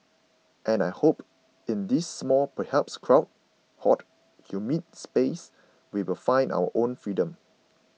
and I hope in this small perhaps crowded hot humid space we will find our own freedom